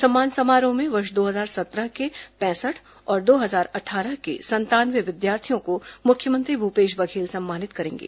सम्मान समारोह में वर्ष दो हजार सत्रह के पैंसठ और दो हजार अट्ठारह के संतानवे विद्यार्थियों को मुख्यमंत्री भूपेश बघेल सम्मानित करेंगे